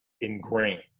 ingrained